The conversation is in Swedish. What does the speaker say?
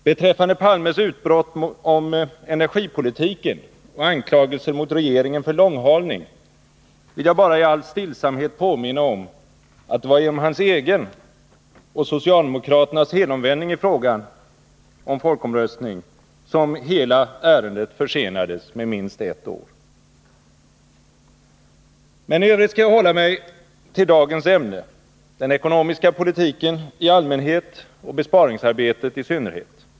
Beträffande Olof Palmes utbrott om energipolitiken och anklagelser mot regeringen för långhalning, vill jag bara i all stillsamhet påminna om att det var genom hans egen och socialdemokraternas helomvändning i frågan om folkomröstningen som ärendet försenades med minst ett år. I övrigt skall jag hålla mig till dagens ämne: den ekonomiska politiken i allmänhet och besparingsarbetet i synnerhet.